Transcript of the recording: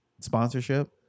sponsorship